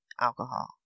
alcohol